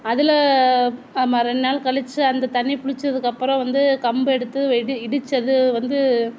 அதில் ஆமாம் ரெண்டு நாள் கழிச்சு அந்த தண்ணி புளித்தத்துக்கு அப்புறம் வந்து கம்பு எடுத்து இடு இடிச்சி அது வந்து